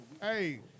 Hey